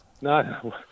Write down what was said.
No